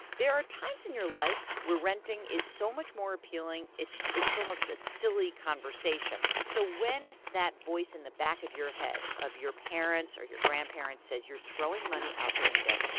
there are times in your life where renting is so much more appealing, it's it's almost a silly conversation so when that voice in the back of your head of your parents or your grandparents says, you're throwing money out the window,